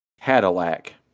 Cadillac